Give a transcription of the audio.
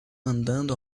andando